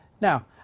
Now